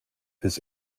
his